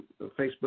facebook